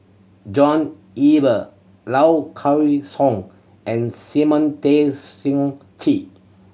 John Eber Low Kway Song and Simon Tay Seong Chee